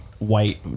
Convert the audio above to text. white